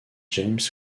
james